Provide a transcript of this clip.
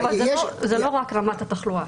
אבל זה לא רק רמת התחלואה.